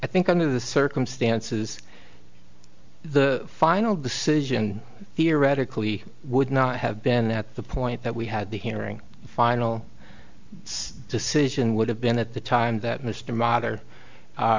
i think under the circumstances the final decision theoretically would not have been at the point that we had the hearing the final decision would have been at the time that mr mater